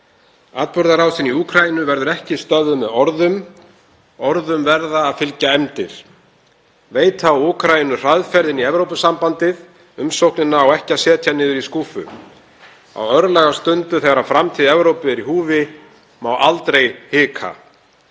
Atburðarásin í Úkraínu verður ekki stöðvuð með orðum. Orðum verða að fylgja efndir, að veita Úkraínu hraðferð inn í Evrópusambandið. Umsóknina á ekki að setja niður í skúffu. Á örlagastundu þegar framtíð Evrópu er í húfi má aldrei hika.